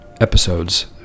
episodes